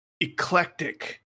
eclectic